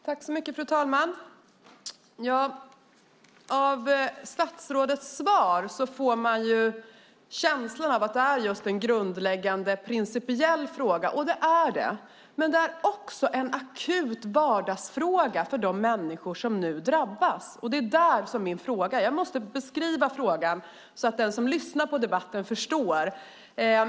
Fru talman! Av statsrådets svar får man känslan av att det är en grundläggande principiell fråga, och det är den, men det är också en akut vardagsfråga för de människor som drabbas. Jag måste beskriva frågan så att den som lyssnar på debatten förstår.